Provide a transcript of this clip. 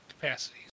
capacity